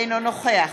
אינו נוכח